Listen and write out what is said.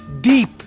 Deep